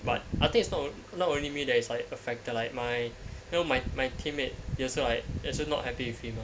but I think it's not not only me that's like affected like my my my teammate he also like he also not happy with him lah